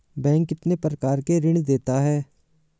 Bank कितने प्रकार के ऋण देता है?